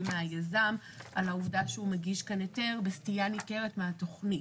מהיזם על העובדה שהוא מגיש כאן היתר בסטייה ניכרת מהתוכנית.